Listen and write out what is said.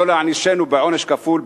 לא להענישנו בעונש כפול,